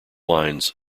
lines